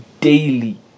daily